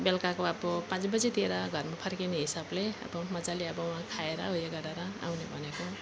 बेलुकाको अब पाँच बजेतिर घरमा फर्किने हिसाबले अब मजाले अब खाएर ऊ यो गरेर आउने भनेको